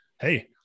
Hey